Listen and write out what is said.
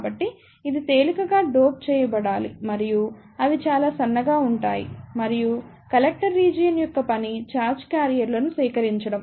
కాబట్టి ఇది తేలికగా డోప్ చేయబడాలి మరియు అవి చాలా సన్నగా ఉంటాయి మరియు కలెక్టర్ రీజియన్ యొక్క పని ఛార్జ్ క్యారియర్లను సేకరించడం